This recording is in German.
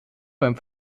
beim